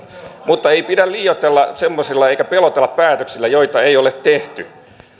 mutta ei pidä liioitella eikä pelotella päätöksillä joita ei ole tehty